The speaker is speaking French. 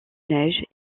neige